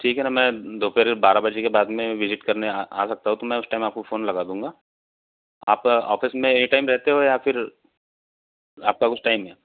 ठीक है मैं दोपहर में बारह बजे के बाद मे विजिट करने आ सकता हूँ तो उस टाइम मैं आपको फोन लगा दूंगा आप ऑफिस में एनीटाइम रहते हो या फिर आपका कुछ टाइम है